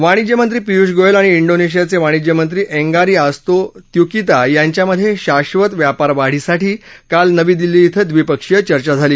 वाणिज्य मंत्री पियुष गोयल आणि डीनशियाचे वाणिज्यमंत्री एगारीआस्तो त्युकीता यांच्यामधे शाश्वत व्यापार वाढीसाठी काल नवी दिल्ली कें द्विपक्षीय चर्चा झाली